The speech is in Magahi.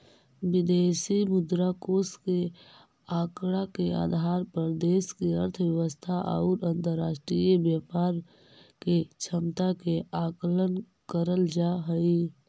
विदेशी मुद्रा कोष के आंकड़ा के आधार पर देश के अर्थव्यवस्था और अंतरराष्ट्रीय व्यापार के क्षमता के आकलन करल जा हई